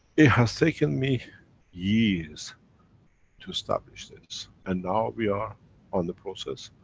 it has taken me years to establish this and now we are on the process,